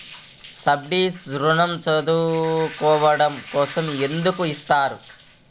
Subsidy ఋణం చదువుకోవడం కోసం ఎందుకు ఇస్తున్నారు?